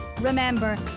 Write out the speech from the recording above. remember